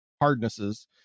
hardnesses